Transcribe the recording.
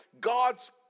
God's